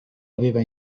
aveva